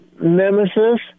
Nemesis